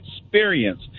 experience